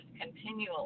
continually